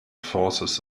forces